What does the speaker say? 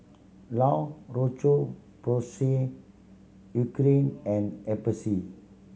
La Roche Porsay Eucerin and